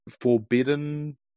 forbidden